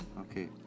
Okay